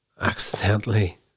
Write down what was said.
accidentally